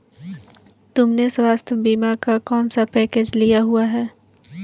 तुमने स्वास्थ्य बीमा का कौन सा पैकेज लिया हुआ है?